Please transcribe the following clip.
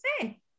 say